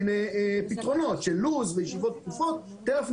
ועל הפיתוח במדינת ישראל ולאפשר את זה לאותם גופים רגולטוריים